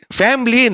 family